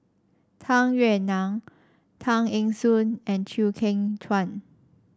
Tung Yue Nang Tay Eng Soon and Chew Kheng Chuan